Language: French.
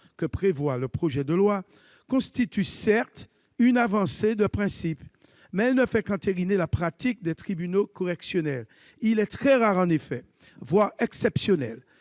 que prévoit le projet de loi constitue, certes, une avancée de principe, mais elle ne fait qu'entériner la pratique des tribunaux correctionnels. Il est très rare, en effet, voire exceptionnel,